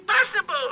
impossible